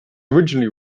originally